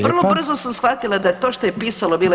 Vrlo brzo sam shvatila da to što je pisala bila